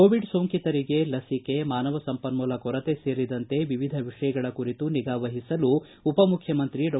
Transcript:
Covid ಸೋಂಕಿತರಿಗೆ ಲಸಿಕೆ ಮಾನವ ಸಂಪನ್ಮೂಲ ಕೊರತೆ ಸೇರಿದಂತೆ ವಿವಿಧ ವಿಷಯಗಳ ಕುರಿತು ನಿಗಾವಹಿಸಲು ಉಪಮುಖ್ಯಮಂತ್ರಿ ಡಾ